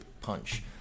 punch